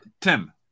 Tim